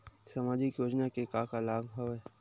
सामाजिक योजना के का का लाभ हवय?